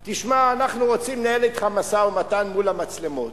תשמע, אנחנו רוצים לנהל אתך משא-ומתן מול המצלמות.